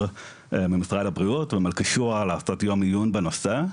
ממשרד הבריאות וביקשו לעשות יום עיון בנושא.